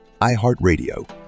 iHeartRadio